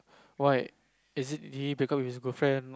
why is it the because of his girlfriend